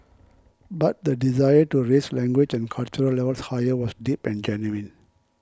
but the desire to raise language and cultural levels higher was deep and genuine